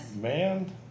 Man